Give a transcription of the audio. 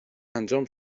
انجام